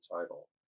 title